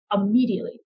immediately